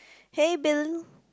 hey Bill